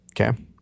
Okay